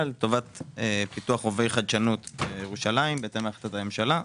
לטובת פיתוח רובעי חדשנות בירושלים בהתאם להחלטת הממשלה,